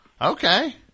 Okay